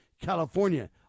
California